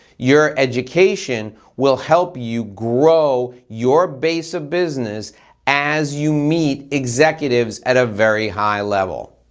your education will help you grow your base of business as you meet executives at a very high level.